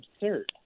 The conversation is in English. absurd